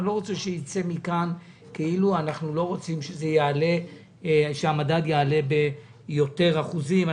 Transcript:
אני לא רוצה שייצא מכאן כאילו אנחנו לא רוצים שהמדד יעלה ביותר אחוזים.